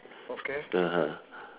(uh huh)